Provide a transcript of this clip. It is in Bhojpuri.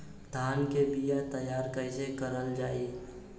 धान के बीया तैयार कैसे करल जाई?